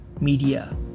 Media